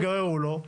גררו לו,